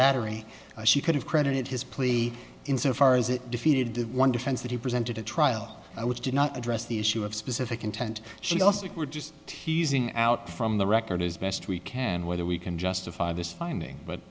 battery she could have credited his plea insofar as it defeated the one defense that he presented at trial which did not address the issue of specific intent she also we're just teasing out from the record as best we can whether we can justify this finding but